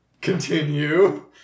Continue